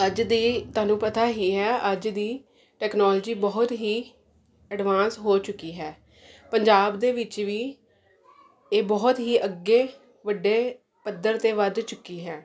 ਅੱਜ ਦੀ ਤੁਹਾਨੂੰ ਪਤਾ ਹੀ ਹੈ ਅੱਜ ਦੀ ਟੈਕਨੋਲੋਜੀ ਬਹੁਤ ਹੀ ਐਡਵਾਂਸ ਹੋ ਚੁੱਕੀ ਹੈ ਪੰਜਾਬ ਦੇ ਵਿੱਚ ਵੀ ਇਹ ਬਹੁਤ ਹੀ ਅੱਗੇ ਵੱਡੇ ਪੱਧਰ 'ਤੇ ਵੱਧ ਚੁੱਕੀ ਹੈ